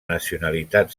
nacionalitat